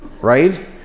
right